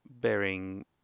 bearing